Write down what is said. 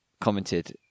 commented